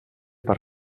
per